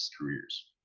careers